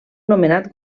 nomenat